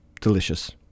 delicious